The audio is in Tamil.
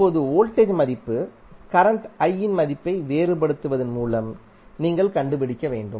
இப்போது வோல்டேஜ் மதிப்பு கரண்ட் i இன் மதிப்பை வேறுபடுத்துவதன் மூலம் நீங்கள் கண்டுபிடிக்க வேண்டும்